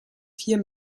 vier